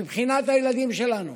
מבחינת הילדים שלנו